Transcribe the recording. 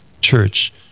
Church